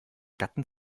gatten